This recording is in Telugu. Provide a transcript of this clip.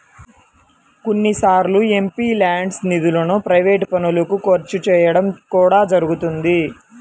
కొన్నిసార్లు ఎంపీల్యాడ్స్ నిధులను ప్రైవేట్ పనులకు ఖర్చు చేయడం కూడా జరుగుతున్నది